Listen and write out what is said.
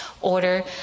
Order